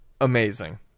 amazing